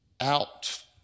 out